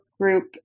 Group